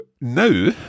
now